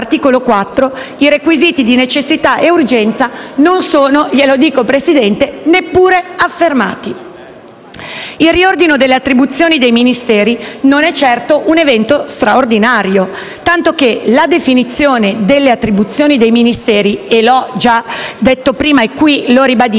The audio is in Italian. Il riordino delle attribuzioni dei Ministeri non è certo un evento straordinario, tanto che la definizione delle attribuzioni dei Ministeri - l'ho già detto prima e qui lo ribadisco